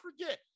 forget